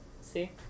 See